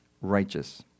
righteous